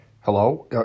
Hello